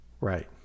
Right